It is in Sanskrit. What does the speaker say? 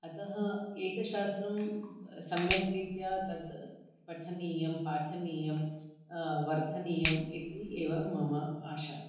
अतः एकशास्त्रं सम्यक् रीत्या तद् पठनीयं पाठनीयं वर्धनीयम् इति एव मम आशा